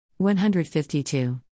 152